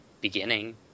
beginning